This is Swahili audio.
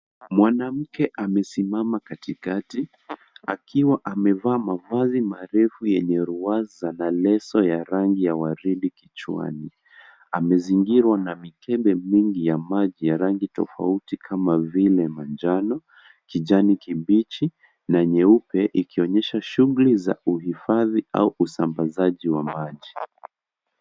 Mwanamke amesimama katikati, akiwa amevaa mavazi marefu yenye ruwaza na leso ya rangi ya waridi kichwani. Amezingirwa na mikembe mingi ya maji ya rangi tofauti kama vile manjano, kijani kibichi na nyeupe ikionyesha shughuli za uhifadhi au usambazaji wa maji.